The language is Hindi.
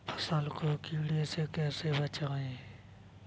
फसल को कीड़े से कैसे बचाएँ?